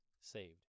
saved